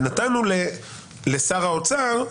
נתנו לשר האוצר,